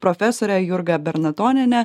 profesore jurga bernatonienė